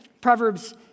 Proverbs